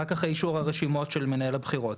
רק אחרי אישור הרשומות של מנהל הבחירות.